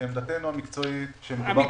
עמדנו המקצועית היא שמדובר בטעות.